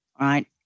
right